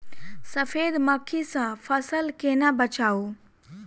सफेद मक्खी सँ फसल केना बचाऊ?